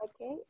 Okay